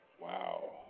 Wow